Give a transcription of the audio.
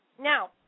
Now